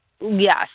yes